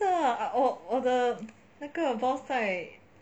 我的那个 balls 在